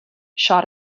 shot